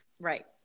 Right